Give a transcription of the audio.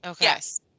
Yes